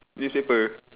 newspaper